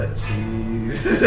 cheese